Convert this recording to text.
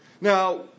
Now